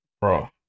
Bro